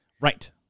right